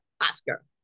Oscar